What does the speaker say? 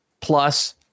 plus